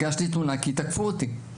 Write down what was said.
הגשתי תלונה כי תקפו אותי.